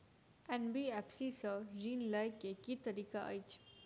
NBFC सँ ऋण लय केँ की तरीका अछि?